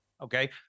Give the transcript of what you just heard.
okay